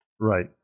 Right